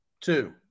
Two